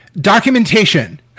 Documentation